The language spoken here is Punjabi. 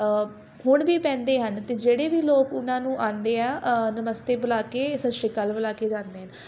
ਹੁਣ ਵੀ ਬਹਿੰਦੇ ਹਨ ਅਤੇ ਜਿਹੜੇ ਵੀ ਲੋਕ ਉਹਨਾਂ ਨੂੰ ਆਉਂਦੇ ਆ ਨਮਸਤੇ ਬੁਲਾ ਕੇ ਸਤਿ ਸ਼੍ਰੀ ਅਕਾਲ ਬੁਲਾ ਕੇ ਜਾਂਦੇ ਹਨ